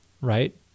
right